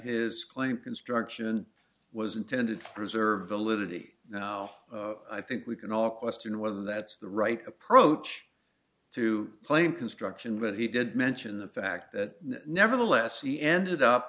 his claim construction was intended to preserve the liberty now i think we can all question whether that's the right approach to claim construction but he did mention the fact that nevertheless he ended up